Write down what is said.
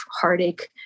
heartache